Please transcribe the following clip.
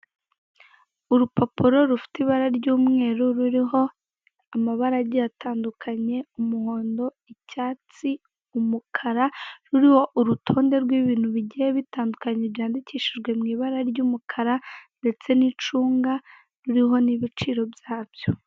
Urupapuro rufite ibara ry'umweru ruriho amabara agiye atandukanye, umuhondo, icyatsi, umukara, ruriho urutonde rw'ibintu bigiye bitandukanye byandikishijwe mu ibara ry'umukara ndetse n'icunga, ruriho n'ibiciro byabyo.